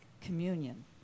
communion